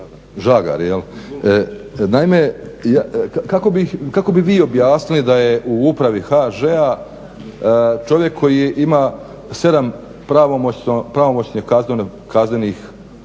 Žagar jel'. Naime, kako bi vi objasnili da je u Upravi HŽ-a čovjek koji ima 7 pravomoćnih kaznenih